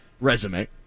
resume